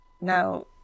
now